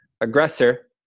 Aggressor